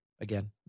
again